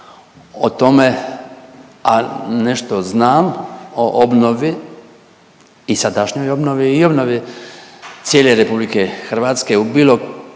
o tome, a nešto znam o obnovi i sadašnjoj obnovi i obnovi cijele RH u bilo